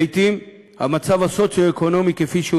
לעתים המצב הסוציו-אקונומי כפי שהוא